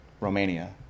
Romania